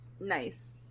Nice